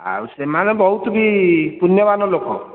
ଆଉ ସେମାନେ ବହୁତ ବି ପୁନ୍ୟବାନ ଲୋକ